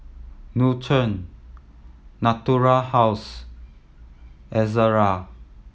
Nutren Natura House Ezerra